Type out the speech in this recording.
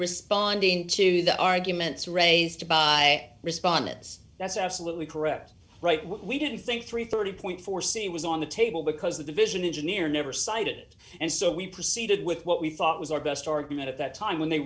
responding to the arguments raised by respondents that's absolutely correct right we didn't think three hundred and thirty point four c was on the table because the division engineer never cited it and so we proceeded with what we thought was our best argument at that time when they